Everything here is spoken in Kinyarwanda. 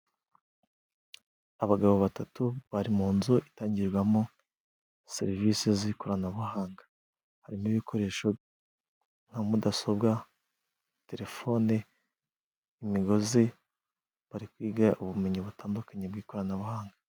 Abagabo batatu bari mu nzu itangirwa mo serivisi z'ikoranabuhanga. Harimo ibikoresho nka mudasobwa, terefone, imigozi, bari kwiga ubumenyi butandukanye bw'ikoranabuhanga.